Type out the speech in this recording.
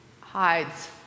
hides